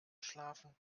schlafen